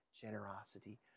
generosity